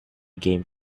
game